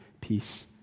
peace